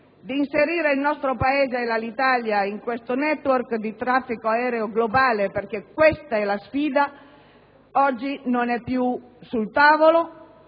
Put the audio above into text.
di inserire il nostro Paese e l'Alitalia in questo *network* di traffico aereo globale - perché questa è la sfida - oggi non è più sul tavolo;